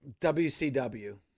WCW